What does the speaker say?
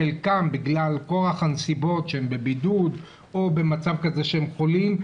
חלקם בגלל כורח הנסיבות שהם בבידוד או במצב כזה שהם חולים,